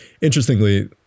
Interestingly